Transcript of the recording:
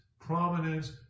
prominence